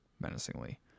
menacingly